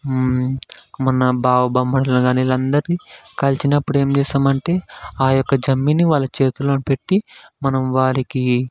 మన బావబావమరదులని కాని వీళ్ళందరిని కలిసినప్పుడు ఏంచేస్తామంటే ఆ యొక్క జమ్మిని వాళ్ళ చేతుల్లో పెట్టి మనం వారికి